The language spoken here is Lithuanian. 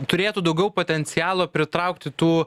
turėtų daugiau potencialo pritraukti tų